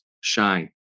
shine